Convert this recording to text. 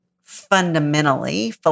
fundamentally